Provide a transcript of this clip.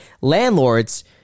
landlords